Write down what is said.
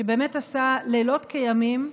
שבאמת עשה לילות כימים,